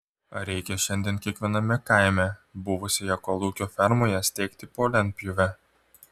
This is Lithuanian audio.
ar reikia šiandien kiekviename kaime buvusioje kolūkio fermoje steigti po lentpjūvę